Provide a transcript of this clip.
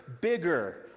bigger